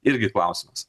irgi klausimas